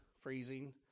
freezing